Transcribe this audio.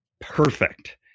perfect